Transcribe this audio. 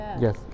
yes